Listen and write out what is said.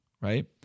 right